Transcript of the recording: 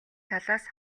талаас